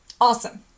awesome